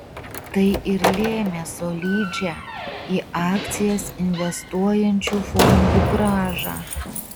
tai ir lėmė solidžią į akcijas investuojančių fondų grąžą